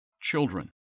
Children